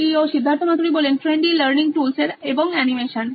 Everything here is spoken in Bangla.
Siddharth Maturi C E O নোইন ইলেকট্রনিক্স ট্রেন্ডি লার্নিং টুলস এবং অ্যানিমেশন